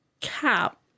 cap